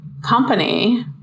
company